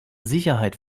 sicherheit